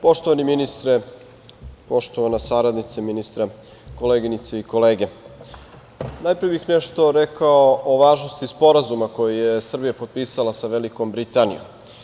Poštovani ministre, poštovana saradnice ministra, koleginice i kolege, najpre bih nešto rekao o važnosti sporazuma koji je Srbija potpisala sa Velikom Britanijom.